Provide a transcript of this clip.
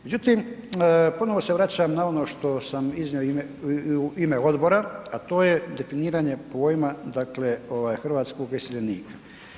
Međutim, ponovo se vraćam na ono što sam iznio u ime odbora, a to je definiranje pojma dakle ovaj hrvatskoga iseljenika.